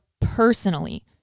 personally